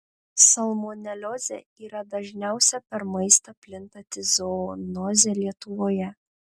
salmoneliozė yra dažniausia per maistą plintanti zoonozė lietuvoje